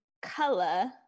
color